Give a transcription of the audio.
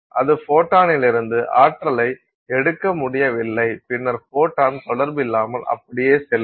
அது ஃபோட்டானிலிருந்து ஆற்றலை எடுக்க முடியவில்லை பின்னர் ஃபோட்டான் தொடர்பு இல்லாமல் அப்படியே செல்லும்